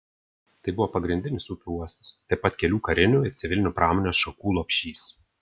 tai buvo pagrindinis upių uostas taip pat kelių karinių ir civilinių pramonės šakų lopšys